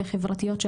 וחברתיות,